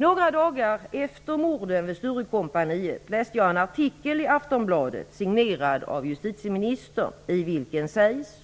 Några dagar efter morden vid Sturecompagniet läste jag en artikel i Aftonbladet, signerad av justitieministern, i vilken sägs: